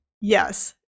Yes